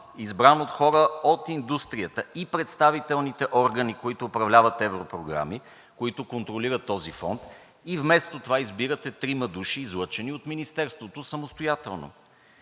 Избран от хора от индустрията и представителните органи, които управляват европрограми, които контролират този фонд, и вместо това избирате трима души, излъчени от Министерството, самостоятелно.